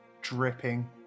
dripping